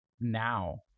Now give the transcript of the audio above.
now